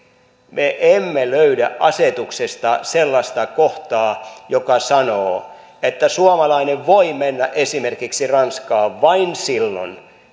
me emme löydä asetuksesta sellaista kohtaa joka sanoo että suomalainen voi mennä esimerkiksi ranskaan vain silloin